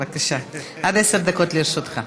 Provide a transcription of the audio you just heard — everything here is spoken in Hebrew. בבקשה, עד עשר דקות לרשותך.